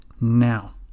now